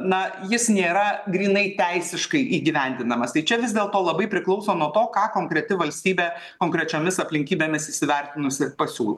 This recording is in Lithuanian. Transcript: na jis nėra grynai teisiškai įgyvendinamas tai čia vis dėlto labai priklauso nuo to ką konkreti valstybė konkrečiomis aplinkybėmis įsivertinusi ir pasiūlo